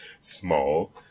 Small